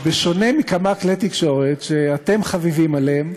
בשונה מכמה כלי תקשורת שאתם חביבים עליהם,